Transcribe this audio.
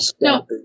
no